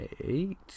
eight